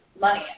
money